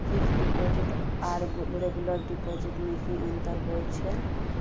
Fix deposit आर regular deposit में की अंतर होय छै?